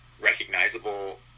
recognizable